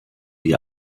die